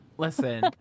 Listen